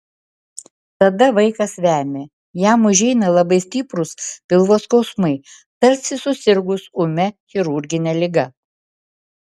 tada vaikas vemia jam užeina labai stiprūs pilvo skausmai tarsi susirgus ūmia chirurgine liga